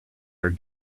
are